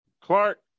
Clark